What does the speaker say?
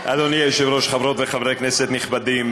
היושב-ראש, חברות וחברי כנסת נכבדים,